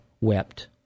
wept